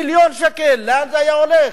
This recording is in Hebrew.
מיליון שקל, לאן זה היה הולך?